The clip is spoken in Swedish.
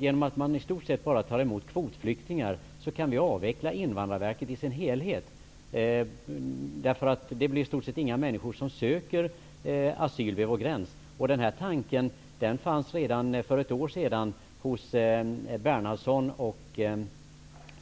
Genom att man i stort sett bara skulle ta emot kvotflyktingar, anser vi i Ny demokrati att Invandrarverket kan avvecklas i sin helhet. Det blir ju nästan inga människor som söker asyl vid vår gräns. Den här tanken uttrycktes redan för ett år sedan av Bernhardsson och